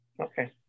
Okay